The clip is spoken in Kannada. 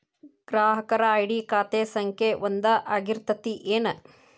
ಗ್ರಾಹಕರ ಐ.ಡಿ ಖಾತೆ ಸಂಖ್ಯೆ ಒಂದ ಆಗಿರ್ತತಿ ಏನ